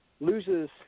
loses